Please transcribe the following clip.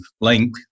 link